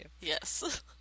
Yes